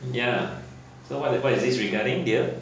ya so what's what is this regarding dear